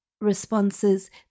responses